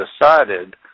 decided